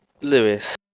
Lewis